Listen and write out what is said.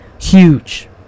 huge